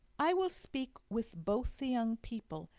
i will speak with both the young people,